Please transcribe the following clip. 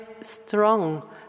strong